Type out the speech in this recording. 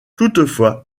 toutefois